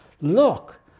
look